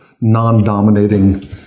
non-dominating